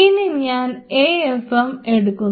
ഇനി ഞാൻ A F M എടുക്കുന്നു